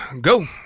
go